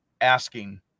asking